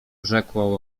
rzekła